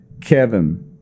Kevin